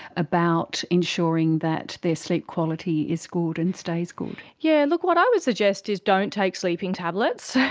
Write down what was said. about ensuring that their sleep quality is good and stays good? yeah look, what i would suggest is don't take sleeping tablets.